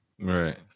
Right